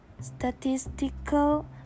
statistical